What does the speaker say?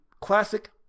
classic